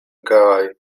kaj